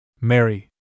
Mary